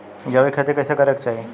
जैविक खेती कइसे करे के चाही?